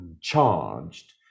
charged